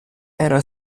era